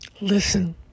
Listen